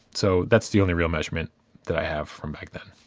so that's the only real measurement that i have from back then.